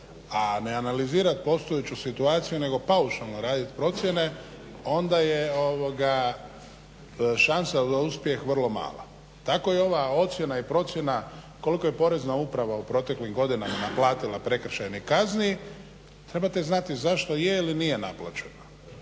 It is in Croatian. a ne analizirati postojeću situaciju nego paušalno raditi procjene onda je šansa za uspjeh vrlo mala. Tako je ova ocjena i procjena koliko je Porezna uprava u proteklim godinama naplatila prekršajnih kazni, trebate znati zašto je ili nije naplaćena